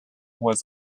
was